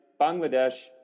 Bangladesh